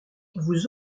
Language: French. vous